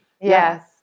Yes